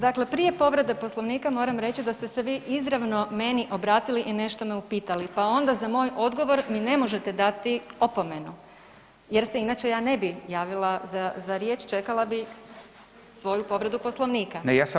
Dakle prije povrede Poslovnika moram reći da ste se vi izravno meni obratili i nešto me upitali, pa onda za moj odgovor mi ne možete dati opomenu jer se ja inače ne bi javila za riječ, čekala bi svoju povredu Poslovnika.